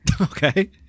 Okay